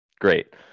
great